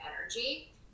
energy